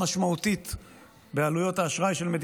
מדובר באיזושהי אמירה של איזה גוף פוליטי